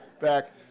back